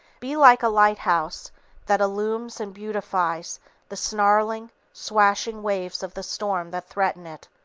be like a lighthouse that illumines and beautifies the snarling, swashing waves of the storm that threaten it,